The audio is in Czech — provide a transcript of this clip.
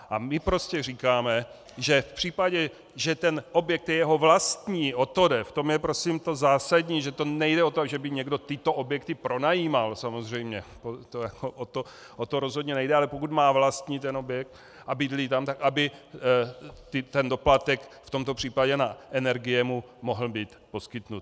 A my prostě říkáme, že v případě, že ten objekt je jeho vlastní o to jde, v tom je prosím to zásadní, že nejde o to, že by někdo tyto objekty pronajímal samozřejmě, o to rozhodně nejde ale pokud má vlastní ten objekt a bydlí tam, tak aby ten doplatek, v tomto případě na energie, mu mohl být poskytnut.